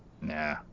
Nah